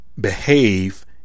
behave